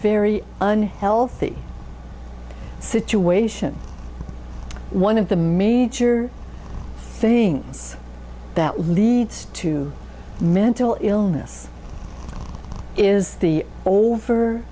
very unhealthy situation one of the major things that leads to mental illness is the